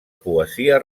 poesia